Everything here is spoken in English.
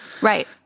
Right